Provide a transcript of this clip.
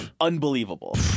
unbelievable